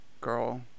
girl